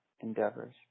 endeavors